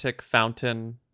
fountain